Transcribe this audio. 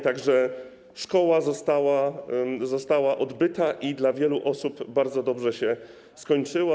Tak że szkoła została odbyta i dla wielu osób bardzo dobrze się skończyła.